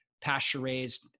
pasture-raised